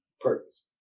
Purpose